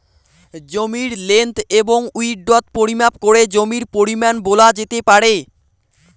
জমির লেন্থ এবং উইড্থ পরিমাপ করে জমির পরিমান বলা যেতে পারে